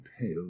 pale